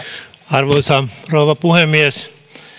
arvoisa rouva puhemies